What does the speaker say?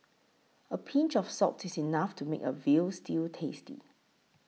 a pinch of salt is enough to make a Veal Stew tasty